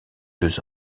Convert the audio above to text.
deux